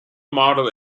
model